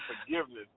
forgiveness